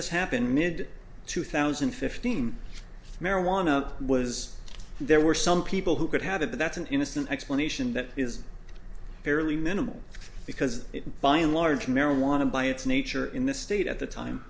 this happened mid two thousand and fifteen marijuana was there were some people who could have it that's an innocent explanation that is fairly minimal because it by and large marijuana by its nature in this state at the time